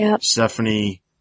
Stephanie